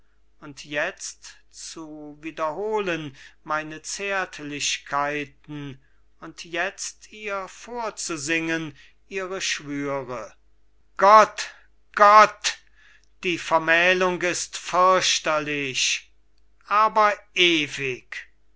geschmolzen und jetzt zu wiederholen meine zärtlichkeiten und jetzt ihr vorzusingen ihre schwüre gott gott die vermählung ist fürchterlich aber ewig